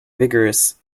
vigorous